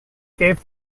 gave